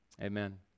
Amen